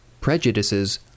prejudices